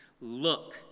Look